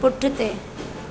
पुठिते